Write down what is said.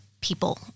people